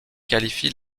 qualifie